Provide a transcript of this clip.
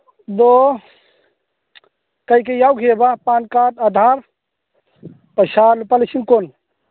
ꯑꯗꯣ ꯀꯔꯤ ꯀꯔꯤ ꯌꯥꯎꯈꯤꯌꯦꯕ ꯄꯥꯟ ꯀꯥꯔꯠ ꯑꯙꯥꯔ ꯄꯩꯁꯥ ꯂꯨꯄꯥ ꯂꯤꯁꯤꯡ ꯀꯨꯟ